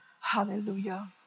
Hallelujah